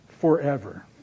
forever